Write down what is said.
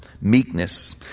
meekness